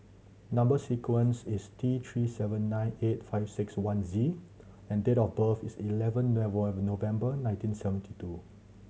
number sequence is T Three seven nine eight five six one Z and date of birth is eleven November nineteen seventy two